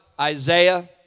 Isaiah